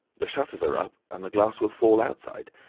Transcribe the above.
the shutters are up, and the glass will fall outside.